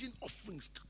offerings